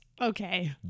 okay